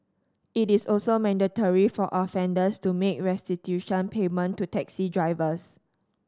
it is also mandatory for offenders to make restitution payment to taxi drivers